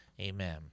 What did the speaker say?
amen